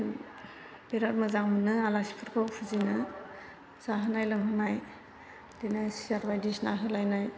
बिराद मोजां मोनो आलासिफोरखौ फुजिनो जाहोनाय लोंहोनाय बेदिनो सेयार बायदिसिना होलायनाय